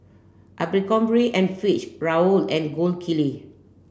Abercrombie and Fitch Raoul and Gold Kili